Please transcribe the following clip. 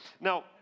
Now